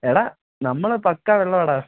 എടാ നമ്മൾ പക്കാ വെള്ളമാടാ